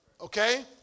Okay